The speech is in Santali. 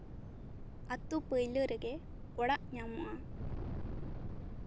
ᱟᱛᱳ ᱯᱟᱹᱭᱞᱟᱹ ᱨᱮᱜᱮ ᱚᱲᱟᱜ ᱧᱟᱢᱚᱜᱼᱟ